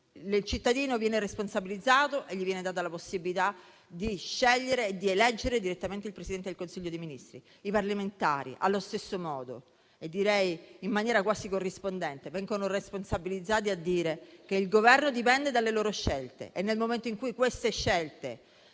il cittadino viene responsabilizzato e gli viene data la possibilità di scegliere e di eleggere direttamente il Presidente del Consiglio dei ministri e i parlamentari allo stesso modo. In maniera quasi corrispondente, i cittadini vengono responsabilizzati a dire che il Governo dipende dalle loro scelte e nel momento in cui queste scelte